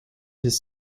his